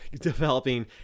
developing